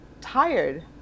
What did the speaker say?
tired